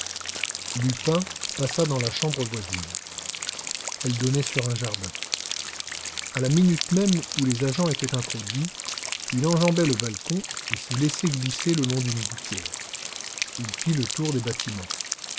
lupin passa dans la chambre voisine elle donnait sur un jardin à la minute même où les agents étaient introduits il enjambait le balcon et se laissait glisser le long d'une gouttière il fit le tour des bâtiments